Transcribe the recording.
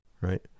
right